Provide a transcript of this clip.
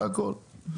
זה הכל,